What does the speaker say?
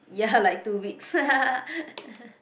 ya like two weeks